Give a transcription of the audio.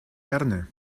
herne